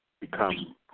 become